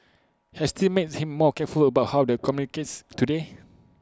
has this made him more careful about how he communicates today